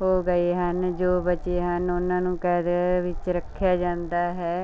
ਹੋ ਗਏ ਹਨ ਜੋ ਬਚੇ ਹਨ ਉਹਨਾਂ ਨੂੰ ਕੈਦ ਵਿੱਚ ਰੱਖਿਆ ਜਾਂਦਾ ਹੈ